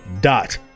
dot